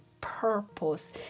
purpose